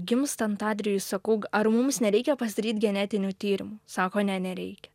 gimstant adrijui sakau ar mums nereikia pasidaryt genetinių tyrimų sako ne nereikia